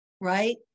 right